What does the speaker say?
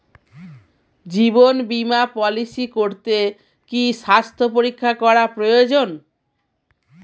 জীবন বীমা পলিসি করতে কি স্বাস্থ্য পরীক্ষা করা প্রয়োজন?